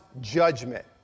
judgment